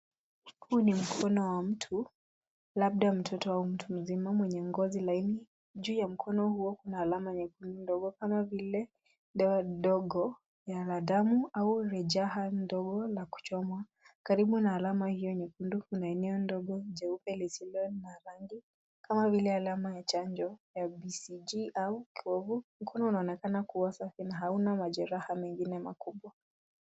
Huu ni mkono wa mtu, labda mtoto au mtu mzima mwenye ngozi laini. Juu ya mkono huo kuna alama nyekundu ndogo kama vile dawa dogo yana damu au jeraha ndogo la kuchomwa. Karibu na alama hio nyekundu kuna eneo ndogo jeupe lisilo na rangi kama vile alama ya chanjo ya BCG au kovu. Mkono unaonekana kuoza na hauna majeraha mengine makubwa.